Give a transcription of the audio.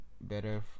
better